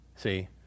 See